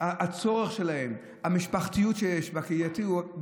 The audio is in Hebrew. הצורך שלהם, המשפחתיות, הקהילתיות.